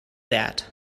that